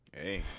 Hey